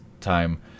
time